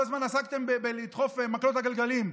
כל הזמן עסקתם בלדחוף מקלות בגלגלים.